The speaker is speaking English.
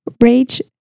Rage